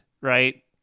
right